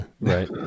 right